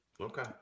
Okay